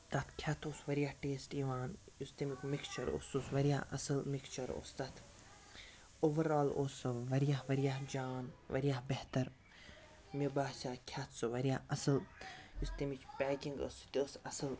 تَتھ کھٮ۪تھ اوس واریاہ ٹیسٹ یِوان یُس تَمیُک مِکسچَر اوس سُہ اوس وارزیاہ اَصٕل مِکسچَر اوس تَتھ اوٚوَرآل اوس سُہ واریاہ واریاہ جان واریاہ بہتر مےٚ باسیٛاو کھٮ۪تھ سُہ واریاہ اَصٕل یُس تَمِچ پیکِنٛگ ٲس سُہ تہِ ٲس اَصٕل